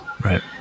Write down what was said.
Right